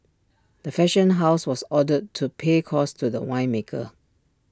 the fashion house was ordered to pay costs to the winemaker